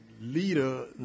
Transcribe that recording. leader